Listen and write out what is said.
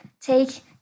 take